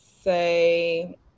say